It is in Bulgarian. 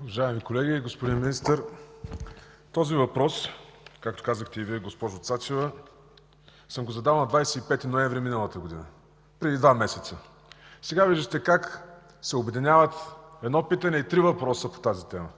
Уважаеми колеги, господин Министър! Този въпрос, както казахте и Вие, госпожо Цачева, съм го задал на 25 ноември миналата година – преди два месеца. Сега виждате как се обединяват едно питане и три въпроса по тази тема.